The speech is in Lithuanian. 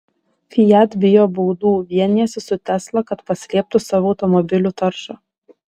fiat bijo baudų vienijasi su tesla kad paslėptų savo automobilių taršą